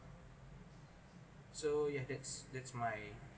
so yeah that's that's my